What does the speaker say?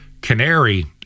canary